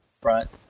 front